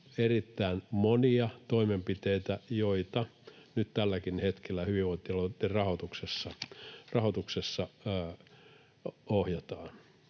erittäin monia toimenpiteitä, joita nyt tälläkin hetkellä hyvinvointialueitten rahoituksessa ohjataan.